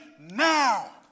now